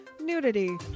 nudity